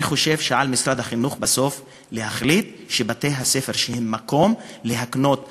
אני חושב שעל משרד החינוך בסוף להחליט שבתי-הספר הם מקום להקנות ערכים,